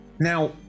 Now